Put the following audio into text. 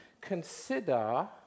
consider